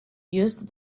used